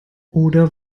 oder